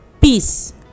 peace